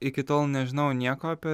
iki tol nežinojau nieko apie